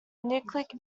nucleic